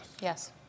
Yes